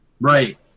Right